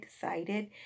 decided